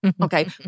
Okay